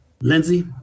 Lindsey